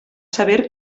saber